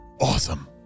awesome